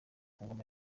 ngoma